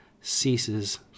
ceases